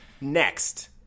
Next